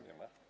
Nie ma?